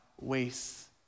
wastes